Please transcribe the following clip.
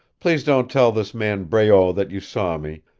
please don't tell this man breault that you saw me,